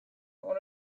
want